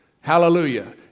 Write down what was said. Hallelujah